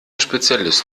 spezialist